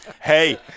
Hey